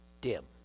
dim